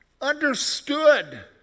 understood